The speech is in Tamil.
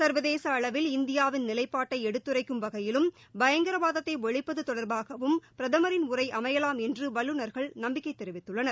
சர்வதேச அளவில் இந்தியாவின் நிலைப்பாட்டை எடுத்துரைக்கும் வகையிலும் பயங்கரவாதத்தை ஒழிப்பது தொடர்பாகவும் பிரதமரின் உரை அமையலாம் என்றுவல்லுநர்கள் நம்பிக்கை தெரிவித்துள்ளனர்